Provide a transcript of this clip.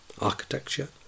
architecture